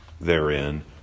therein